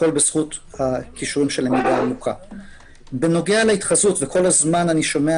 הכול בזכות הכישורים של- -- בנוגע להתחזות וכל הזמן אני שומע